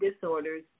disorders